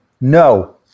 No